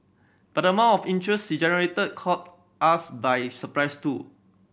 but the amount of interest she generated caught us by surprise too